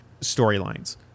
storylines